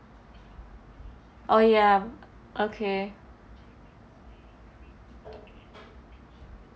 oh ya okay